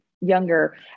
younger